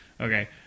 Okay